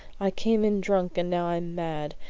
i came in drunk, and now i'm mad.